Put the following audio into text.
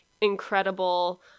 incredible